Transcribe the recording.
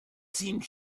seemed